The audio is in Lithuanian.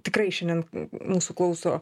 tikrai šiandien mūsų klauso